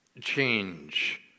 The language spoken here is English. Change